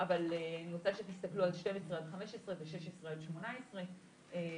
אבל אני רוצה שתסתכלו על 12-15 ו-16 עד 18 שפה